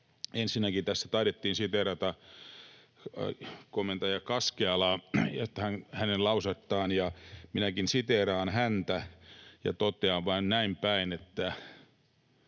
Ensinnäkin tässä taidettiin siteerata komentaja Kaskealaa ja hänen lausettaan. Minäkin siteeraan häntä ja totean vain näin päin, että